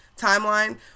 timeline